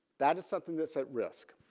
that is something that's at risk.